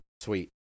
Sweet